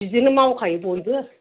बिदिनो मावखायो बयबो